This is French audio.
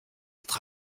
être